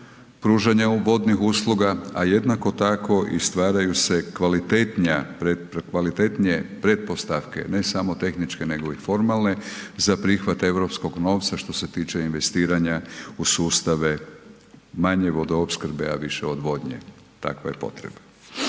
pružanja vodnih usluga a jednako tako i stvaraju se kvalitetnije pretpostavke, ne samo tehničke nego i formalne za prihvat europskog novca što se tiče investiranja u sustave manje vodoopskrbe a više odvodnje, takva je potreba.